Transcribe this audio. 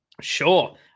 Sure